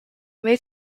may